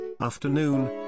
afternoon